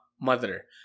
Mother